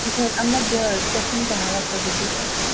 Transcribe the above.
ꯑꯃꯗ ꯆꯍꯨꯝꯒ ꯍꯥꯏꯔꯛꯄꯗꯗꯤ ꯑꯁ